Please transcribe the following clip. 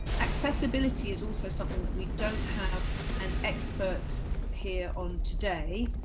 accessibility is also something that we don't have an expert here on today,